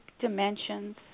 dimensions